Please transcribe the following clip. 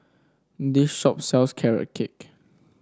this shop sells Carrot Cake